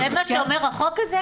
זה מה שאומר החוק הזה?